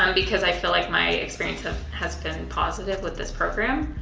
um because i feel like my experience ah has been positive with this program.